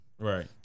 Right